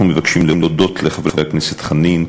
אנחנו מבקשים להודות לחברי הכנסת חנין,